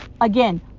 again